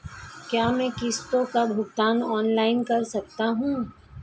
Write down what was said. क्या मैं किश्तों का भुगतान ऑनलाइन कर सकता हूँ?